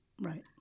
Right